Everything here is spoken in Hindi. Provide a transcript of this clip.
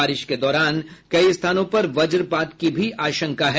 बारिश के दौरान कई स्थानों पर वज्रपात की भी आशंका है